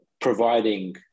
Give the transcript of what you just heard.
providing